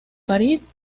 parís